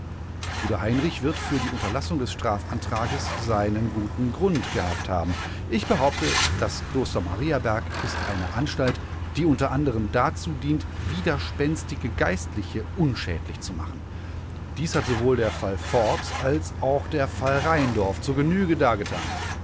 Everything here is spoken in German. bruder heinrich wird für die unterlassung des strafantrages seinen guten grund gehabt haben ich behaupte das kloster mariaberg ist eine anstalt die u a dazu dient widerspenstige geistliche unschädlich zu machen dies hat sowohl der fall forbes als auch der fall rheindorf zur genüge dargetan